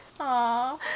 Aw